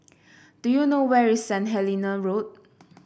do you know where is Saint Helena Road